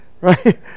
Right